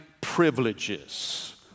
privileges